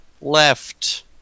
left